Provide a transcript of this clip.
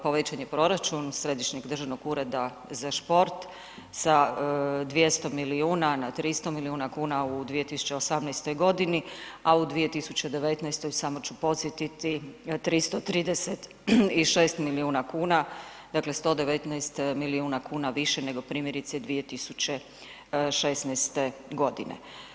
Povećan je proračun Središnjeg državnog ureda za šport sa 200 milijuna na 300 milijuna kuna u 2018. godini a u 2019. samo ću podsjetiti 336 milijuna kuna, dakle 119 milijuna kuna više nego primjerice 2016. godine.